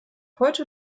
heute